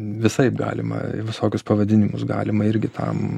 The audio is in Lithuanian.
visaip galima visokius pavadinimus galima irgi tam